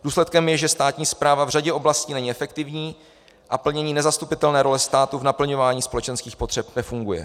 Důsledkem je, že státní správa v řadě oblastí není efektivní a plnění nezastupitelné role státu k naplňování společenských potřeb nefunguje.